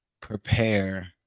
prepare